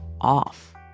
off